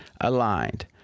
aligned